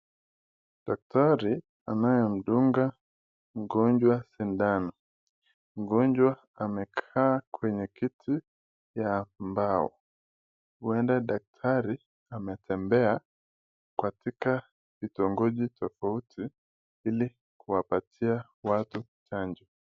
Daktari anaye mdunga mgonjwa sindano, Mgonjwa amekaa kwenye kiti ya mbao, Huenda daktari ametembea katika kitongoji tofauti ili kuwapatia watu chanjo.